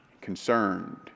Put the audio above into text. concerned